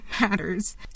matters